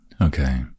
okay